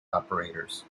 operators